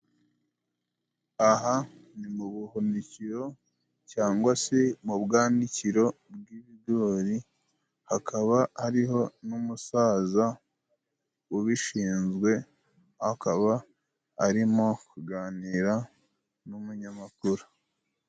Aha ni mu buhunikiro cyangwa se mu bwaniki bw'ibigori, hakaba ariho n'umusaza ubishinzwe, akaba arimo kuganira n'umunyamakuru.